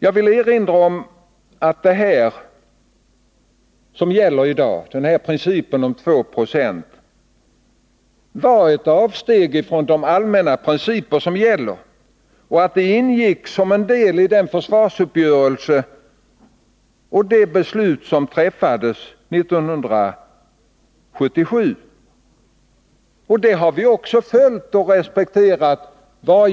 Jag vill erinra om att bestämmelsen om dessa 2 26 var ett avsteg från de allmänna principer som gäller och ingick som en del i den försvarsuppgörelse och det beslut som träffades 1977. Det beslutet har vi också respekterat vart